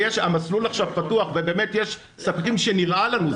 והמסלול עכשיו פתוח ובאמת יש ספקים שנראה לנו,